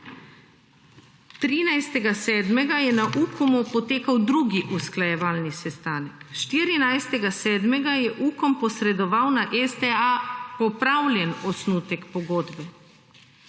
13. 7. Je na Ukomu potekal drugi usklajevalni sistanek, 14. 7. Je Ukom posredoval na STA popravljen osnutek pogodbe.